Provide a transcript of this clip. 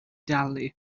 dalu